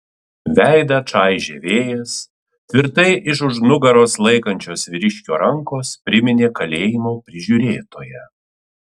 veidą čaižė vėjas tvirtai iš už nugaros laikančios vyriškio rankos priminė kalėjimo prižiūrėtoją